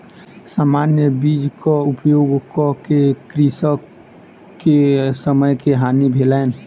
सामान्य बीजक उपयोग कअ के कृषक के समय के हानि भेलैन